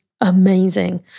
amazing